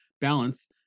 balance